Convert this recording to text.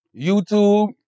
YouTube